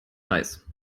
kreis